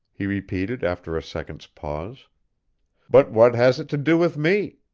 he repeated after a second's pause but what has it to do with me?